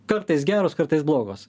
kartais geros kartais blogos